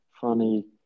funny